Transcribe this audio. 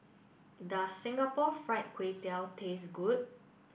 does Singapore Fried Kway Tiao taste good